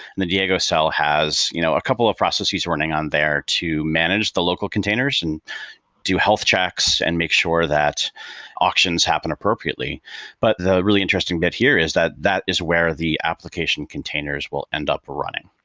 the diego cell has you know a couple of processing running on there to manage the local containers and do health checks and make sure that auctions happen appropriately but the really interesting get here is that that is where the application containers will end up running.